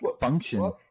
function